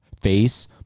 face